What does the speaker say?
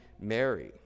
Mary